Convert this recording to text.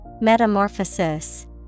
Metamorphosis